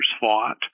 fought